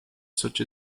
such